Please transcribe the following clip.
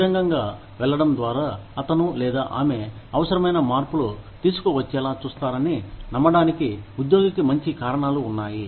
బహిరంగంగా వెళ్లడం ద్వారా అతను లేదా ఆమె అవసరమైన మార్పులు తీసుకువచ్చేలా చూస్తారని నమ్మడానికి ఉద్యోగికి మంచి కారణాలు ఉన్నాయి